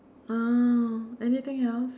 oh anything else